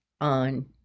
on